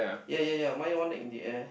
yea yea yea mine one in the air